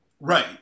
Right